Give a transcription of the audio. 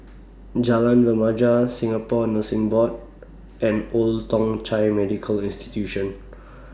Jalan Remaja Singapore Nursing Board and Old Thong Chai Medical Institution